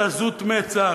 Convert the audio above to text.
את עזות המצח,